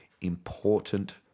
important